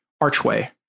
archway